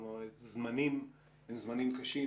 הזמנים הם זמנים קשים,